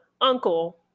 Uncle